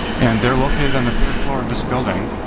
and they're located on the third floor of this building.